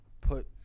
put